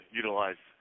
utilize